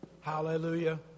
Hallelujah